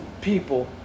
people